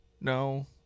No